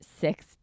six